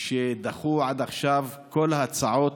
שדחו עד עכשיו את כל ההצעות,